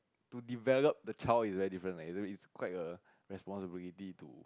to develop the child is very different leh you know it's quite a responsibility to